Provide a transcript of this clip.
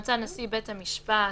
ומצא נשיא בית המשפט